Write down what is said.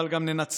אבל גם ננצח